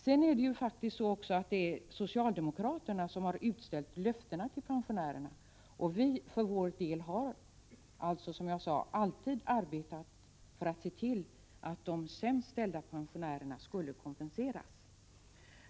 Det är faktiskt också socialdemokraterna som har utställt löftena till pensionärerna. Vi har för vår del, som jag sade, alltid arbetat för att se till att de sämst ställda pensionärerna skulle kompenseras.